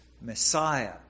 Messiah